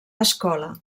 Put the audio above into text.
escola